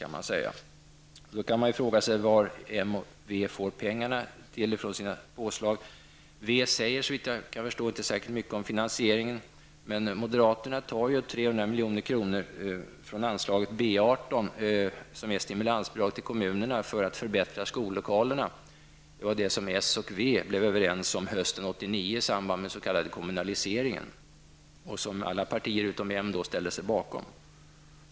Man kan då fråga sig varifrån moderaterna och vänsterpartiet får pengar till sina påslag. Vänsterpartiet säger, såvitt jag kan förstå, inte särskilt mycket om finansieringen. Men moderaterna tar 300 milj.kr. från anslaget B 18, dvs. stimulansbidrag till kommunerna som skall gå till förbättringar av skollokalerna. Detta var vad socialdemokraterna och vänsterpartiet blev överens om hösten 1989 i samband med den s.k. kommunaliseringen och som alla partier utom moderaterna ställde sig bakom.